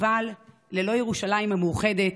אבל ללא ירושלים המאוחדת,